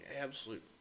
absolute